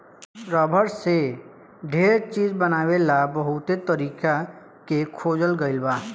rubber से ढेर चीज बनावे ला बहुते तरीका के खोजल गईल बा